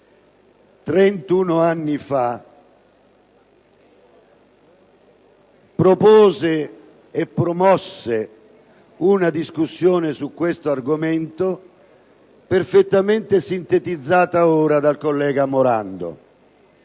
31 anni fa propose e promosse una discussione su questo argomento perfettamente sintetizzata ora dal senatore Morando.